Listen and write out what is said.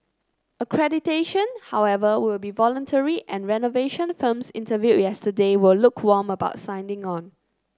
accreditation however will be voluntary and renovation firms interviewed yesterday were lukewarm about signing on